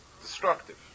destructive